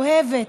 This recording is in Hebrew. אוהבת,